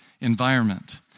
environment